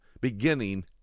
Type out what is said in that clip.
Beginning